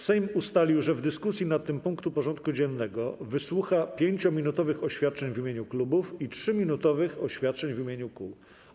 Sejm ustalił, że w dyskusji nad tym punktem porządku dziennego wysłucha 5-minutowych oświadczeń w imieniu klubów i 3-minutowych oświadczeń w imieniu kół.